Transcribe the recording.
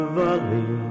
valley